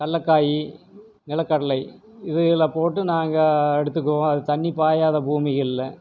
கடலக்காயி நிலக்கடலை இதுகளை போட்டு நாங்கள் எடுத்துக்குவோம் அது தண்ணி பாயாத பூமிகளில்